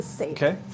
Okay